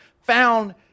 found